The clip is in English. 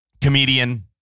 comedian